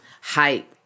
height